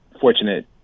fortunate